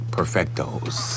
Perfectos